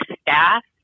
staff